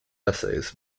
essays